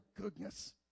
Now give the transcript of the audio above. goodness